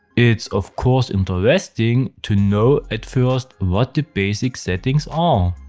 it's of course, interesting to know at first what the basic settings are.